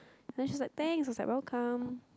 then she said thanks and I said welcome